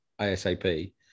ASAP